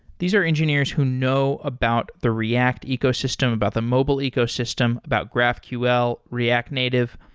these are engineers who know about the react ecosystem, about the mobile ecosystem, about graphql, react native.